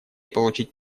получить